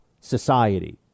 society